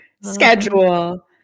schedule